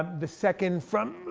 the second from